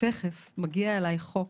תכף מגיע אליך חוק